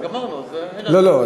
אז גמרנו, זה, לא, לא.